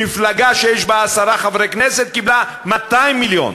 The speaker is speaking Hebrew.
מפלגה שיש בה עשרה חברי כנסת קיבלה 200 מיליון